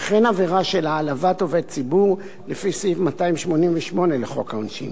וכן עבירה של העלבת עובד ציבור לפי סעיף 288 לחוק העונשין.